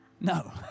no